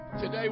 Today